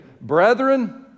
brethren